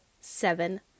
seven